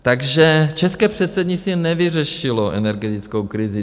Takže české předsednictví nevyřešilo energetickou krizi.